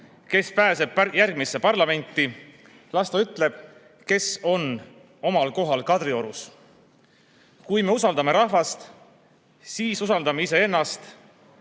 kes pääseb järgmisse parlamenti. Las ta ütleb, kes on omal kohal Kadriorus. Kui me usaldame rahvast, siis usaldame iseennast